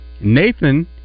Nathan